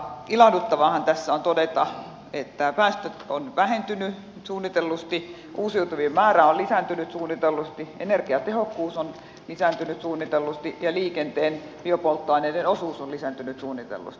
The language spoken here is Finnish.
ilahduttavaahan tässä on todeta että päästöt ovat vähentyneet suunnitellusti uusiutuvien määrä on lisääntynyt suunnitellusti energiatehokkuus on lisääntynyt suunnitellusti ja liikenteen biopolttoaineiden osuus on lisääntynyt suunnitellusti